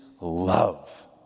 love